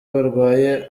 barwaye